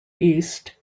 east